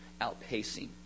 outpacing